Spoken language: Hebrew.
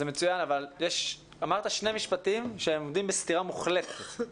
זה מצוין אבל אמרת שני משפטים שעומדים בסתירה מוחלטת,